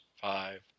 five